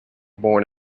born